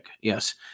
yes